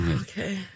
Okay